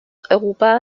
europa